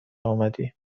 آمدی